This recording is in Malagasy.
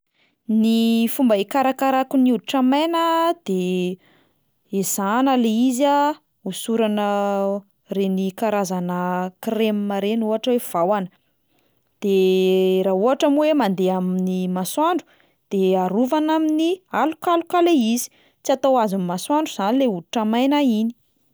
Ny fomba hikarakarako ny hoditra maina de ezahana le izy a hosorana reny karazana krema reny ohatra hoe vahona, de raha ohatra moa hoe mandeha amin'ny masoandro de arovana amin'ny alokaloka le izy, tsy atao azon'ny masoandro zany le hoditra maina iny.